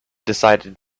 decided